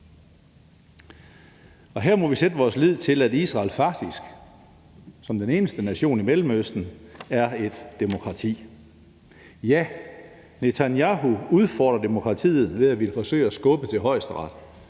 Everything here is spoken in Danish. Her må vi sætte vores lid til, at Israel faktisk som den eneste nation i Mellemøsten er et demokrati. Ja, Netanyahu udfordrer demokratiet ved at ville forsøge at skubbe til højesteret,